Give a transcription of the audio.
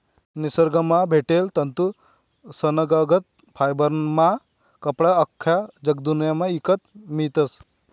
निसरगंमा भेटेल तंतूसनागत फायबरना कपडा आख्खा जगदुन्यामा ईकत मियतस